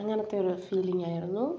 അങ്ങനത്തെ ഒരു ഫീലിങ്ങായിരുന്നു